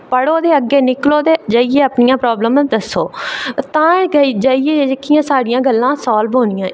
पढ़ो ते अग्गें निकलो ते अग्गै जाइयै अपनियां प्रॉब्लमां दस्सो ते तां जेह्कियां साढ़ियां गल्लां जाइयै सॉल्व होंदियां न